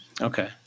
Okay